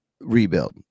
rebuild